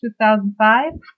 2005